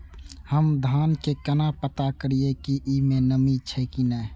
हम धान के केना पता करिए की ई में नमी छे की ने?